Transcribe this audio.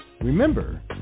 Remember